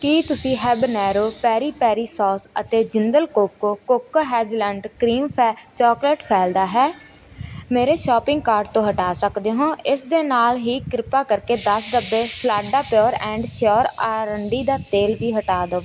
ਕੀ ਤੁਸੀਂ habanero peri peri sauce ਅਤੇ Jindal coco coco hazelnut cream ਫ ਚਾਕਲੇਟ ਫੈਲਦਾ ਹੈ ਮੇਰੇ ਸ਼ੋਪਿੰਗ ਕਾਰਟ ਤੋਂ ਹਟਾ ਸਕਦੇ ਹੋ ਇਸ ਦੇ ਨਾਲ ਹੀ ਕਿਰਪਾ ਕਰਕੇ ਦਸ ਡੱਬੇ ਫਾਲਾਡਾ ਪਿਓਰ ਐਂਡ ਸ਼ਿਓਰ ਆਰੰਡੀ ਦਾ ਤੇਲ ਵੀ ਹਟਾ ਦਵੋ